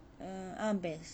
err ah best